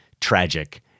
tragic